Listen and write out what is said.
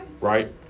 right